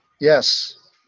Yes